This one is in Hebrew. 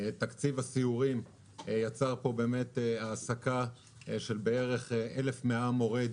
תקציב הסיורים יצר פה העסקה של בערך 1,100 מורי דרך,